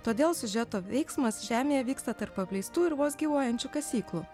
todėl siužeto veiksmas žemėje vyksta tarp apleistų ir vos gyvuojančių kasyklų